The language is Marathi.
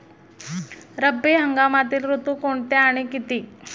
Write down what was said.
रब्बी हंगामातील ऋतू कोणते आणि किती?